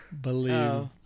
Believe